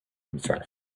himself